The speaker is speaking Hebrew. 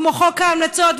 כמו חוק ההמלצות,